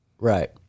Right